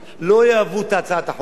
לא יאהבו את הצעת החוק הזאת,